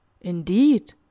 Indeed